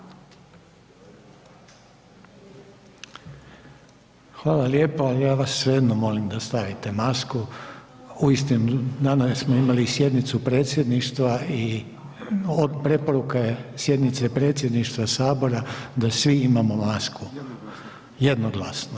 Hvala lijepa ja vas svejedno molim da stavite masku, uistinu danas smo imali i sjednicu predsjedništva i preporuka je sjednice predsjedništva sabora da svi imamo masku, jednoglasno.